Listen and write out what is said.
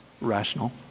rational